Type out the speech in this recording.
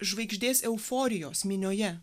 žvaigždės euforijos minioje